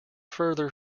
further